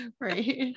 right